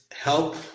help